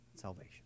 Salvation